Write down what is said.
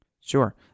sure